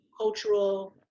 cultural